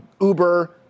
Uber